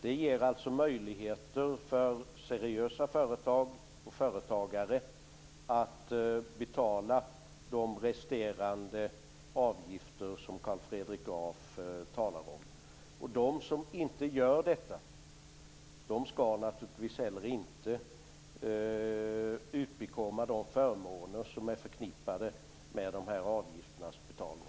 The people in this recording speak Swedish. Det ger möjligheter för seriösa företag och företagare att betala de resterande avgifter som Carl Fredrik Graf talar om. De som inte gör detta skall naturligtvis heller inte utbekomma de förmåner som är förknippade med dessa avgifters betalning.